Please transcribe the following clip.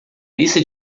lista